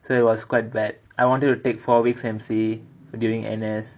so it was quite bad I wanted to take four weeks' M_C during N_S